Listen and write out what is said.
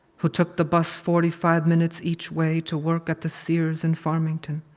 who took the bus forty five minutes each way to work at the sears in farmington,